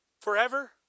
forever